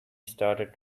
started